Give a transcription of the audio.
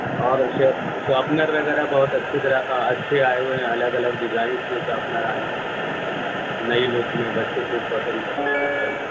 اور shop sharpener وغیرہ بہت اچھی طرح اچھے آئے ہوئے ہیں الگ الگ ڈیزائن میں شارپنر آئے ہوئے ہیں نئی لک میں بچے خوب پسند کر رہے ہیں آج کل